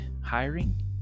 hiring